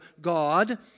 God